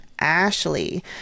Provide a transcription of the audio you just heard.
Ashley